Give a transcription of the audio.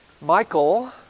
Michael